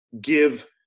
give